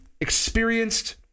experienced